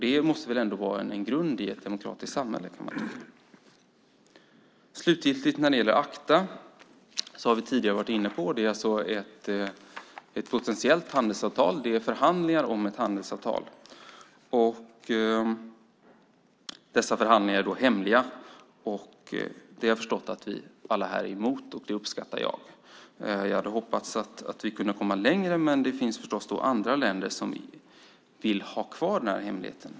Det måste vara grunden i ett demokratiskt samhälle. Slutligen har vi frågan om ACTA. Det är fråga om förhandlingar om ett potentiellt handelsavtal. Dessa förhandlingar är hemliga. Det är vi alla här emot, och det uppskattar jag. Jag hade hoppats att vi kunde komma längre, men det finns förstås andra länder som vill ha kvar hemligheten.